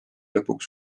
lõpuks